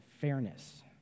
fairness